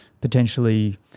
potentially